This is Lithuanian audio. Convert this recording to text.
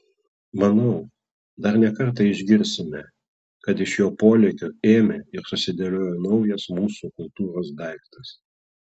manau dar ne kartą išgirsime kad iš jo polėkio ėmė ir susidėliojo naujas mūsų kultūros daiktas